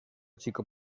chico